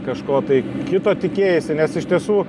kažko tai kito tikėjaisi nes iš tiesų